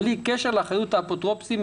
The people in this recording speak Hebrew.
בלי קשר לאחריות האפוטרופוסים,